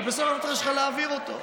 ובסוף המטרה שלך היא להעביר אותו.